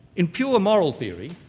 in pure moral theory,